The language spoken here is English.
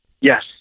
Yes